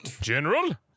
General